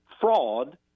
fraud